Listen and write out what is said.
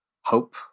hope